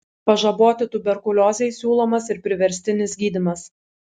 pažaboti tuberkuliozei siūlomas ir priverstinis gydymas